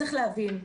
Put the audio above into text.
צריך להבין.